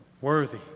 Worthy